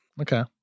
Okay